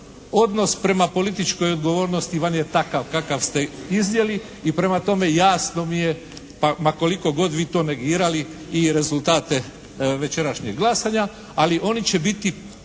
Odnos prema političkoj odgovornosti vam je takav kakav ste iznijeli i prema tome, jasno mi je pa ma koliko god vi to negirali i rezultate večerašnjeg glasanja ali oni će biti